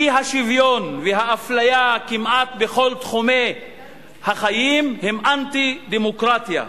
האי-שוויון והאפליה כמעט בכל תחומי החיים הם אנטי-דמוקרטיה.